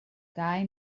guy